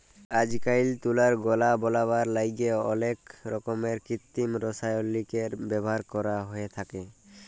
আইজকাইল তুলার গলা বলাবার ল্যাইগে অলেক রকমের কিত্তিম রাসায়লিকের ব্যাভার ক্যরা হ্যঁয়ে থ্যাকে